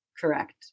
Correct